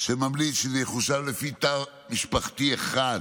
שממליץ שזה יחושב לפי תא משפחתי אחד.